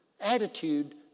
attitude